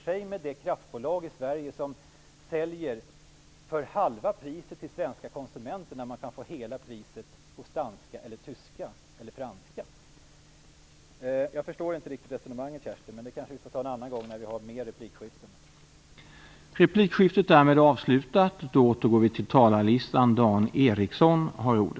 Säg mig det kraftbolag i Sverige som säljer för halva priset till svenska konsumenter när det kan få hela priset hos danska, tyska eller franska konsumenter! Jag förstår inte riktigt Kerstin Warnerbrings resonemang, men det får vi kanske debattera en annan gång, när vi har mer av repliker till förfogande.